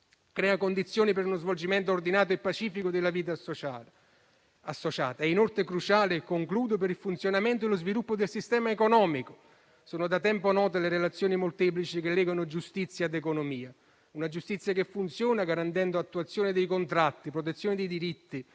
le condizioni per lo svolgimento ordinato e pacifico della vita sociale associata ed è inoltre cruciale per il funzionamento e lo sviluppo del sistema economico. Sono da tempo note le relazioni molteplici che legano giustizia ed economia: una giustizia che funziona, garantendo attuazione dei contratti e protezioni dei diritti,